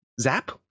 Zap